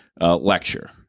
Lecture